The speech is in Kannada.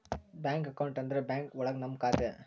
ಬ್ಯಾಂಕ್ ಅಕೌಂಟ್ ಅಂದ್ರೆ ಬ್ಯಾಂಕ್ ಒಳಗ ನಮ್ ಖಾತೆ